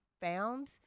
found